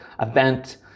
event